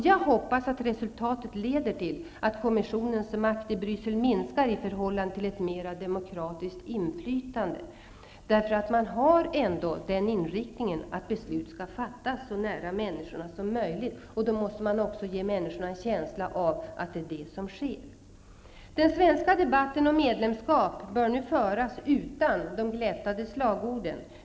Jag hoppas att resultatet leder till att kommissionens makt i Bryssel minskar i förhållande till ett mer demokratiskt inflytande. Inriktningen är ju att beslut skall fattas så nära människorna som möjligt, och då måste också människorna ges en känsla av att det är så. Den svenska debatten om medlemskap bör nu föras utan de glättade slagorden.